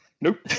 nope